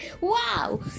Wow